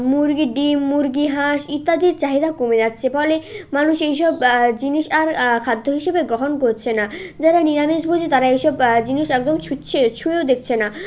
মুরগির ডিম মুরগি হাঁস ইত্যাদির চাহিদা কমে যাচ্ছে ফলে মানুষ এইসব জিনিস আর খাদ্য হিসেবে গ্রহণ করছে না যারা নিরামিষভোজী তারা এইসব জিনিস একদম ছুঁচ্ছে ছুঁয়েও দেখছে না